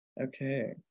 Okay